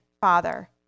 father